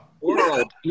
World